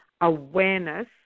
awareness